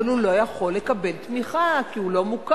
אבל הוא לא יכול לקבל תמיכה, כי הוא לא מוכר.